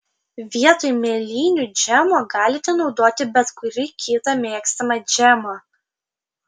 vietoj mėlynių džemo galite naudoti bet kurį kitą mėgstamą džemą